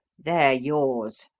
they're yours!